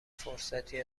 فرصتی